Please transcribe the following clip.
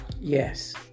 Yes